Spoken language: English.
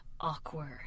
awkward